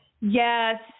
Yes